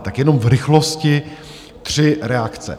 Tak jenom v rychlosti tři reakce.